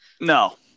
No